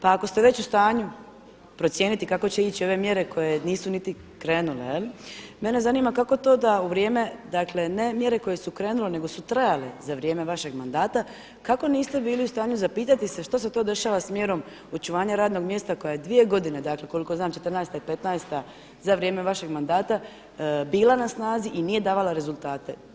Pa ako ste već u stanju procijeniti kako će ići ove mjere koje nisu niti krenule, mene zanima kako to da u vrijeme, dakle ne mjere koje su krenule, nego su trajale za vrijeme vašeg mandata, kako niste bili u stanju zapitati se što se to dešava sa mjerom očuvanja radnog mjesta koja je 2 godine, dakle koliko znam '14.-ta, i '15.-ta, za vrijeme vašeg mandata, bila na snazi nije davala rezultate?